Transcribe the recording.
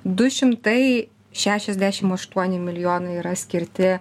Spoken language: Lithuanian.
du šimtai šešiadešimt aštuoni milijonai yra skirti